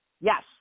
Yes